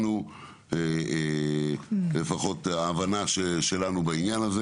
לפי הבנתנו בעניין הזה